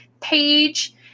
page